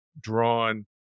drawn